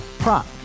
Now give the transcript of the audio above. Prop